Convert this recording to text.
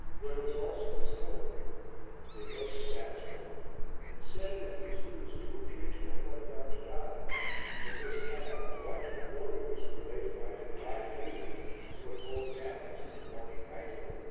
there was also a skeleton they made him dance for me and said that he is used to appear to any one about to die but this cannot apply to the warriors, for they fight and die freely, and put whole families into mourning nightly,